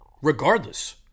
regardless